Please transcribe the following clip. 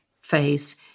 phase